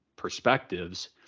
Perspectives